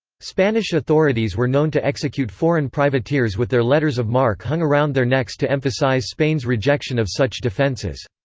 spanish authorities were known to execute foreign privateers with their letters of marque hung around their necks to emphasize spain's rejection of such defenses.